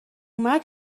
مرگ